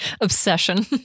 obsession